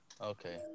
Okay